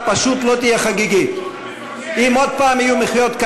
הפתיל שלי מאוד קצר היום.